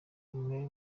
umwe